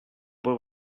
boy